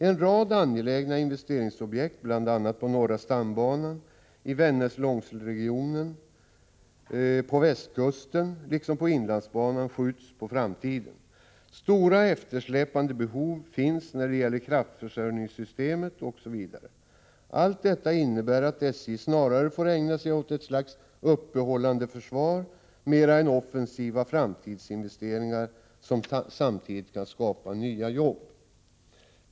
En rad angelägna investeringsobjekt, bl.a. på norra stambanan, i Vännäs-Långsele-regionen, på västkusten liksom på inlandsbanan, skjuts på framtiden. Stora eftersläpande behov finns när det gäller kraftförsörjningssystemet osv. Allt detta innebär att SJ snarare får ägna sig åt ett slags ”uppehållande försvar” än åt offensiva framtidsinvesteringar som samtidigt kan skapa nya jobb.